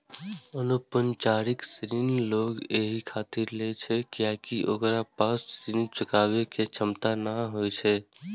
अनौपचारिक ऋण लोग एहि खातिर लै छै कियैकि ओकरा पास ऋण चुकाबै के क्षमता नै होइ छै